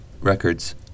Records